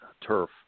turf